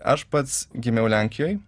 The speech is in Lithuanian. aš pats gimiau lenkijoj